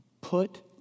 put